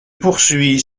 poursuit